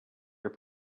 your